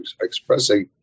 expressing